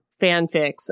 fanfics